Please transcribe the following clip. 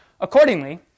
Accordingly